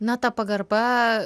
na ta pagarba